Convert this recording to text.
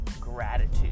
gratitude